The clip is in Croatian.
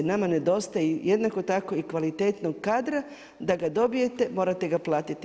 Nama nedostaje jednako tako i kvalitetnog kadra da ga dobijete morate ga platiti.